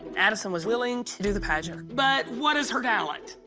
addison was willing to do the pageant. but what is her talent?